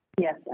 Yes